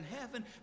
heaven